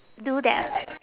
do that